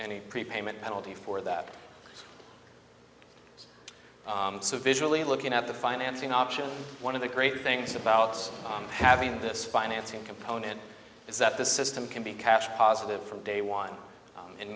any prepayment penalty for that so visually looking at the financing option one of the great things about having this financing component is that the system can be cash positive from day one